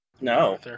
No